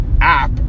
app